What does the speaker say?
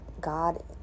God